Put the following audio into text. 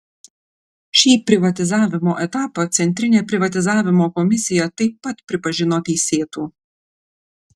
šį privatizavimo etapą centrinė privatizavimo komisija taip pat pripažino teisėtu